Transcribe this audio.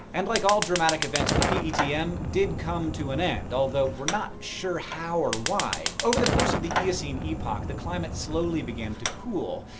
and, like all dramatic events, the petm did come to an end. although, we're not sure how, or why. over the course of the eocene epoch, the climate slowly began to cool.